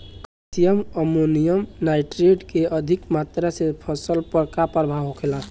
Calcium ammonium nitrate के अधिक मात्रा से फसल पर का प्रभाव होखेला?